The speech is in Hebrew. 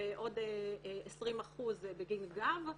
ועוד 20% בגין גב,